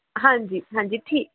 ਹਾਂਜੀ ਹਾਂਜੀ ਠੀਕ